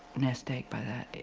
nest egg by that,